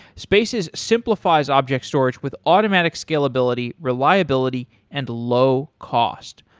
spaces simplifies object storage with automatic scalability, reliability and low cost.